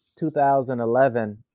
2011